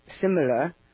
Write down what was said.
similar